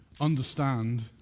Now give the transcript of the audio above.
understand